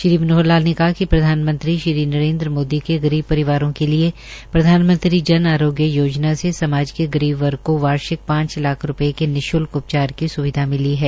श्री मनोहर लाल ने कहा कि प्रधानमंत्री श्री नरेंद्र मोदी के गरीब परिवारों के लिए प्रधानममंत्री जन आरोग्य योजना से समाज के गरीब वर्ग को वार्षिक पांच लाख रुपए के निःशुल्क उपचार की सुविधा मिली है